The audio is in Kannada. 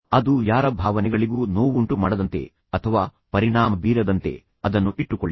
ಅದು ಯಾರ ಭಾವನೆಗಳಿಗೂ ನೋವುಂಟು ಮಾಡದಂತೆ ಅಥವಾ ಪರಿಣಾಮ ಬೀರದಂತೆ ಅದನ್ನು ಇಟ್ಟುಕೊಳ್ಳಿ